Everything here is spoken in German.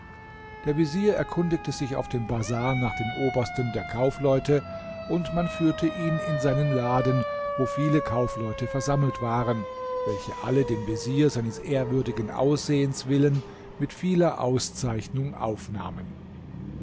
der vezier erkundigte sich auf dem bazar nach dem obersten der kaufleute und man führte ihn in seinen laden wo viele kaufleute versammelt waren welche alle den vezier seines ehrwürdigen aussehens willen mit vieler auszeichnung aufnahmen